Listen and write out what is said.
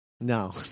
No